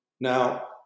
Now